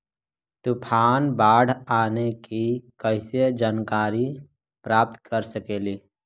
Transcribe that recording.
तूफान, बाढ़ आने की कैसे जानकारी प्राप्त कर सकेली?